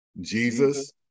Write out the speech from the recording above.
Jesus